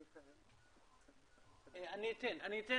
אני אתן